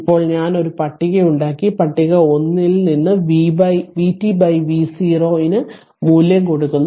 ഇപ്പോൾ ഞാൻ ഒരു പട്ടിക ഉണ്ടാക്കി പട്ടിക 1 ൽ നിന്ന് vtv0 ന്റെ മൂല്യം കൊടുക്കുന്നു